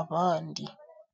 abandi.